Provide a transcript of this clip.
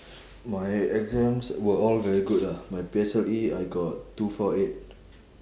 my exams were all very good ah my P_S_L_E I got two four eight